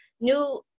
new